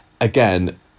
again